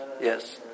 Yes